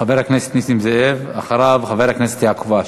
חבר הכנסת נסים זאב, ואחריו, חבר הכנסת יעקב אשר.